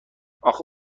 اخه